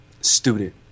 student